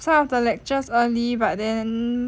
some of the lectures early but then